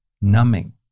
numbing